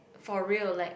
for real like